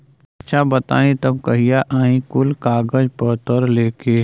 अच्छा बताई तब कहिया आई कुल कागज पतर लेके?